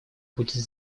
будет